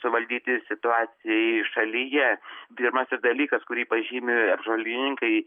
suvaldyti situacijai šalyje pirmasis dalykas kurį pažymi apžvalgininkai